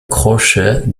crochet